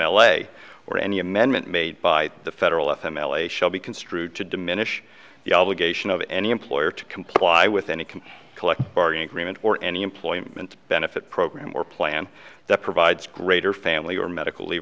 a or any amendment made by the federal us m l a shall be construed to diminish the obligation of any employer to comply with any can collect bargaining agreement or any employment benefit program or plan that provides greater family or medical